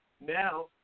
Now